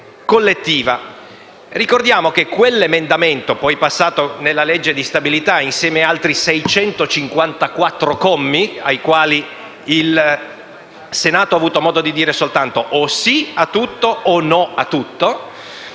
collettiva. Ricordiamo che quell'emendamento, poi passato nella legge di stabilità insieme ad altri 654 commi sui quali il Senato ha avuto modo di dire solo o sì a tutto o no a tutto,